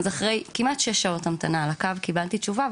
אז אחרי כמעט 6 שעות המתנה על הקו קיבלתי תשובה,